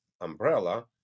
umbrella